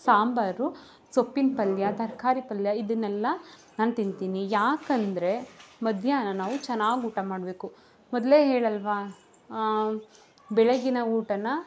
ಸಾಂಬಾರು ಸೊಪ್ಪಿನ ಪಲ್ಯ ತರಕಾರಿ ಪಲ್ಯ ಇದನ್ನೆಲ್ಲ ನಾನು ತಿಂತೀನಿ ಯಾಕಂದರೆ ಮಧ್ಯಾಹ್ನ ನಾವು ಚೆನ್ನಾಗಿ ಊಟ ಮಾಡಬೇಕು ಮೊದಲೇ ಹೇಳಲ್ಲವಾ ಬೆಳಗಿನ ಊಟನ